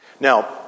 Now